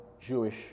Jewish